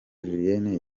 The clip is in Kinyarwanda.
julienne